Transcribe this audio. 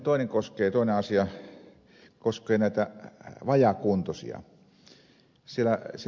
toinen asia koskee vajaakuntoisia